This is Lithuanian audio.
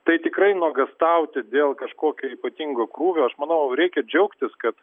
tai tikrai nuogąstauti dėl kažkokio ypatingo krūvio aš manau reikia džiaugtis kad